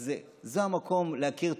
אז זה המקום להכיר טובה,